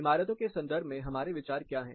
इमारतों के संदर्भ में हमारे विचार क्या हैं